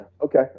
okay